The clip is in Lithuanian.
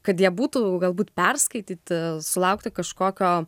kad jie būtų galbūt perskaityti sulaukti kažkokio